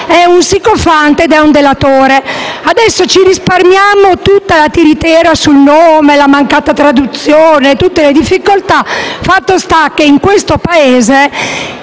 un sicofante, un delatore. Risparmiamoci tutta la tiritera sul nome, la mancata traduzione e tutte le difficoltà; fatto sta che in questo Paese